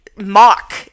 mock